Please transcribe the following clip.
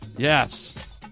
Yes